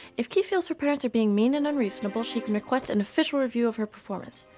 if ki feels her parents are being mean and unreasonable, she can request an official review of her performance.